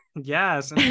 yes